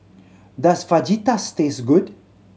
does Fajitas taste good